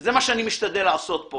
וזה מה שאני משתדל לעשות פה